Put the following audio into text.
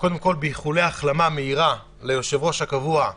קודם כול באיחולי החלמה מהירה ליושב-ראש הקבוע,